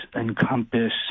encompass